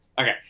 okay